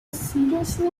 seriously